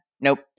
Nope